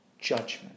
judgment